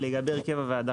לגבי הרכב הוועדה,